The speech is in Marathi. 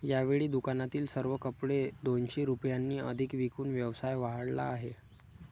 यावेळी दुकानातील सर्व कपडे दोनशे रुपयांनी अधिक विकून व्यवसाय वाढवला आहे